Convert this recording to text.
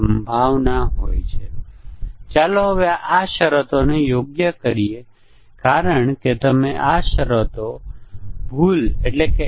ઉદાહરણ તરીકે મ્યુટેશન ઓપરેટરો સ્ટેટમેન્ટ કાઢી નાખે છે